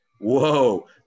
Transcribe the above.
Whoa